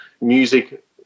music